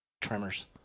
Tremors